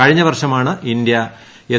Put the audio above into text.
കഴിഞ്ഞവർഷമാണ് India S